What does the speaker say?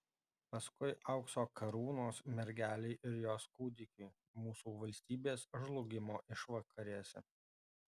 paskui aukso karūnos mergelei ir jos kūdikiui mūsų valstybės žlugimo išvakarėse